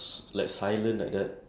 I think I'm going to be